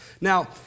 Now